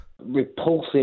Repulsive